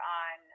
on